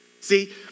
See